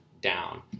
down